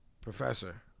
Professor